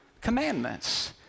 commandments